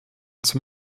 zum